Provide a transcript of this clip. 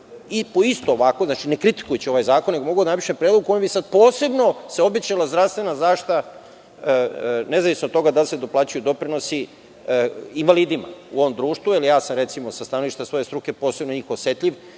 isto ovako, ne kritikujući ovaj zakon, nego mogu da napišem predlog u kojem bi se posebno obećala zdravstvena zaštita, nezavisno od toga da li se doplaćuju doprinosi invalidima u ovom društvu, jer ja sam sa stanovišta svoje struke posebno na njih osetljiv